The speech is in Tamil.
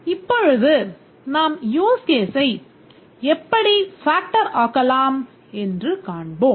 இப்பொழுது நாம் யூஸ் கேஸை எப்படி factor ஆக்கலாம் என்று காண்போம்